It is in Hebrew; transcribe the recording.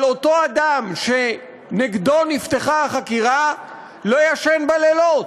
אבל אותו אדם שנגדו נפתחה החקירה לא ישן בלילות,